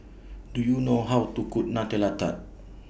Do YOU know How to Cook Nutella Tart